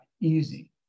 easy